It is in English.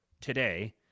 today